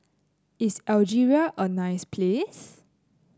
is Algeria a nice place